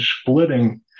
splitting